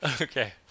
Okay